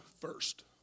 first